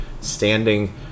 standing